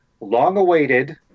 long-awaited